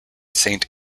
saint